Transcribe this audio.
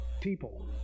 people